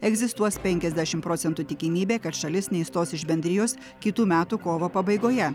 egzistuos penkiasdešim procentų tikimybė kad šalis neišstos iš bendrijos kitų metų kovo pabaigoje